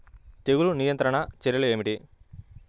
తెగులు నియంత్రణ చర్యలు ఏమిటి?